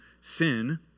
sin